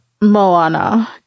Moana